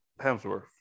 Hemsworth